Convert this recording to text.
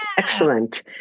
Excellent